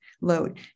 load